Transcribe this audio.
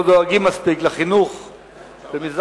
לא דואגים מספיק לחינוך במזרח-ירושלים,